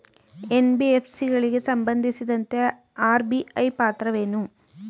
NBFC ಗಳಿಗೆ ಸಂಬಂಧಿಸಿದಂತೆ RBI ಪಾತ್ರವೇನು?